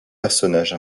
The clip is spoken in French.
personnage